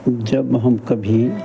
जब हम कभी